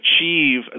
achieve